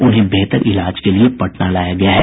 उन्हें बेहतर इलाज के लिए पटना लाया गया है